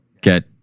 get